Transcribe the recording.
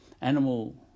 Animal